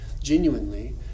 genuinely